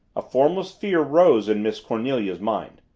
a formless fear rose in miss cornelia's mind.